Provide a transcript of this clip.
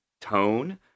tone